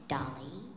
Dolly